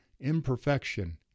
Imperfection